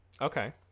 Okay